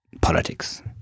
politics